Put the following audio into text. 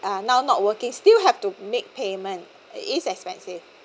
uh now not working still have to make payment is expensive